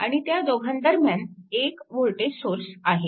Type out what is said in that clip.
आणि त्या दोघांदरम्यान एक वोल्टेज सोर्स आहे